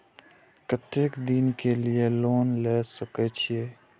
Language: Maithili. केते दिन के लिए लोन ले सके छिए?